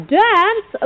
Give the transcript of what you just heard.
dance